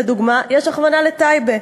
לדוגמה, יש הכוונה לטייבה,